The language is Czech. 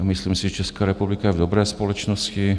Myslím si, že Česká republika je v dobré společnosti.